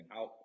out